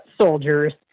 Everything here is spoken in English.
soldiers